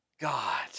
God